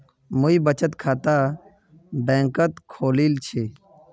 मुई बचत खाता बैंक़त खोलील छि